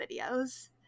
videos